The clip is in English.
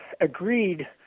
agreed